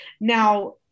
Now